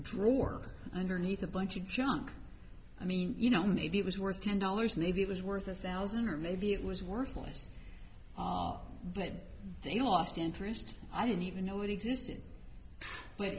drawer underneath a bunch of junk i mean you know maybe it was worth ten dollars maybe it was worth a thousand or maybe it was worthless and i'd think lost interest i didn't even know it existed